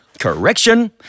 Correction